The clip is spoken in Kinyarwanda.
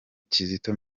kizito